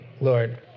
Lord